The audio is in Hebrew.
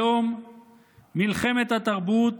היום מלחמת התרבות